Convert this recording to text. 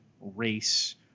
race